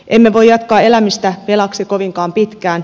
emme voi jatkaa elämistä velaksi kovinkaan pitkään